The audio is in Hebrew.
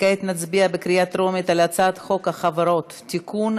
כעת נצביע בקריאה טרומית על הצעת חוק החברות (תיקון,